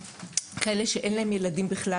כאלה שאין להם ילדים בכלל,